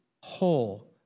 whole